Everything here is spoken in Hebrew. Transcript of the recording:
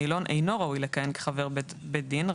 הנילון אינו ראוי לכהן כחבר בית דין,